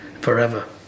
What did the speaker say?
forever